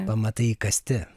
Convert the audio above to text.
pamatai įkasti